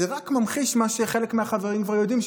זה רק ממחיש מה שחלק מהחברים כבר יודעים,